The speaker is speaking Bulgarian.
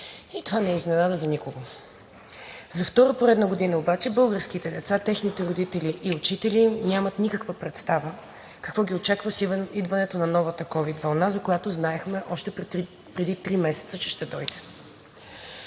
и това не е изненада за никого. За втора поредна година обаче българските деца, техните родители и учители нямат никаква представа какво ги очаква с идването на новата ковид вълна, за която знаехме, че ще дойде